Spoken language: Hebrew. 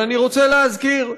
אבל אני רוצה להזכיר: